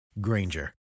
Granger